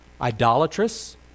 idolatrous